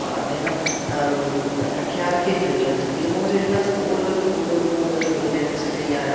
അദ്ദേഹം പ്രഖ്യാപിക്കുകയും ചെയ്തിട്ടുണ്ട് ഇതുമൂലമെല്ലാം സ്കൂളുകൾക്ക് കൂടുതൽ കൂടുതൽ മെയിൻറനൻസ് ചെയ്യാനും